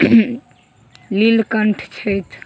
नीलकण्ठ छथि